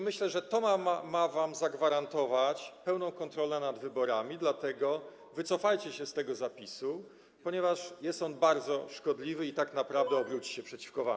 Myślę, że to ma wam zagwarantować pełną kontrolę nad wyborami, dlatego wycofajcie się z tego zapisu, ponieważ jest on bardzo szkodliwy i tak naprawdę obróci się przeciwko wam.